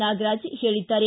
ನಾಗರಾಜ್ ಹೇಳಿದ್ದಾರೆ